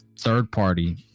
third-party